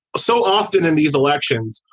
so often in these elections,